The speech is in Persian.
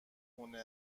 خونه